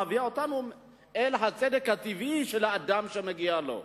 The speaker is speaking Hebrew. מביאה אותנו אל הצדק הטבעי של האדם שמגיע לו.